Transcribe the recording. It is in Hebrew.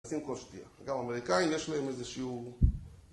גם אמריקאים יש להם איזה שיעור